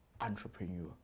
entrepreneur